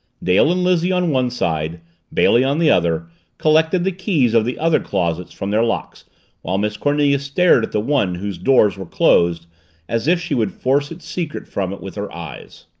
dale and lizzie on one side bailey on the other collected the keys of the other closets from their locks while miss cornelia stared at the one whose doors were closed as if she would force its secret from it with her eyes.